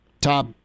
top